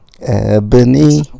Ebony